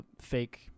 fake